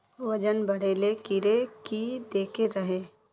वजन बढे ले कीड़े की देके रहे?